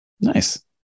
Nice